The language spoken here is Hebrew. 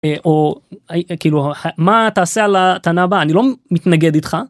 או כאילו מה תעשה על הטענה הבאה: אני לא מתנגד איתך.